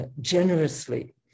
generously